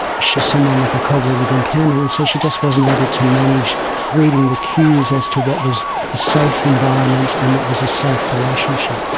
she is someone with a cognitive impairment, and so she just wasn't able to manage reading the cues as to what was a safe environment and what was a safe relationship.